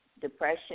depression